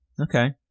Okay